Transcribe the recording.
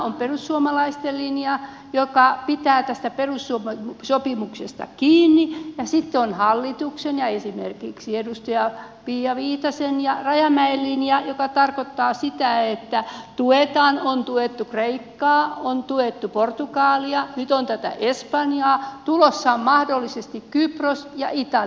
on perussuomalaisten linja joka pitää tästä perussopimuksesta kiinni ja sitten on hallituksen ja esimerkiksi edustaja pia viitasen ja rajamäen linja joka tarkoittaa sitä että tuetaan on tuettu kreikkaa on tuettu portugalia nyt on tätä espanjaa tulossa on mahdollisesti kypros ja italia